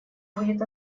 будет